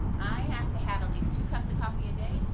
i have to have at least two cups of coffee a day,